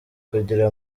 kugira